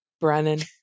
Brennan